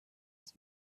was